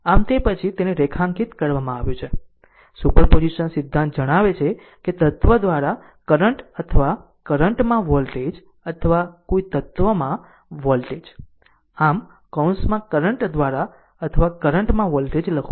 આમ તે પછી તેને રેખાંકિત કરવામાં આવ્યું છે સુપરપોઝિશન સિદ્ધાંત જણાવે છે કે તત્ત્વ દ્વારા કરંટ અથવા કરંટ માં વોલ્ટેજ અથવા કોઈ તત્વમાં વોલ્ટેજ આમ કૌંસમાં કરંટ દ્વારા અથવા કરંટ માં વોલ્ટેજ લખો